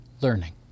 learning